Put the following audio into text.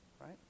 Right